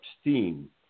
steam